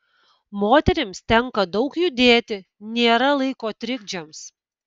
moterims tenka daug judėti nėra laiko trikdžiams